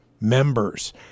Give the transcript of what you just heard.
members